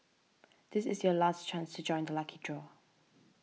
this is your last chance to join the lucky draw